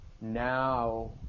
now